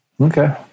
Okay